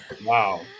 Wow